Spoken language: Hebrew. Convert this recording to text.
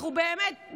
באמת,